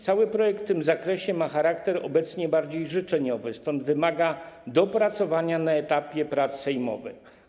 Cały projekt w tym zakresie ma obecnie charakter bardziej życzeniowy, stąd wymaga dopracowania na etapie prac sejmowych.